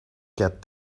get